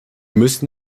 müssen